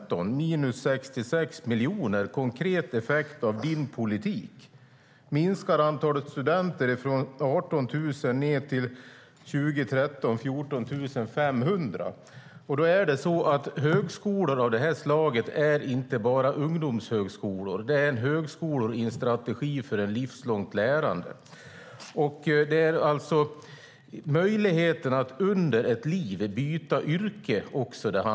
Det är en minskning på 66 miljoner som konkret effekt av din politik. Detta minskar antalet studenter från 18 000 till 14 500 år 2013. Högskolor av det här slaget är inte bara ungdomshögskolor. Det är högskolor i en strategi för livslångt lärande. Det handlar också om möjligheten att under ett liv byta yrke.